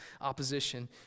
opposition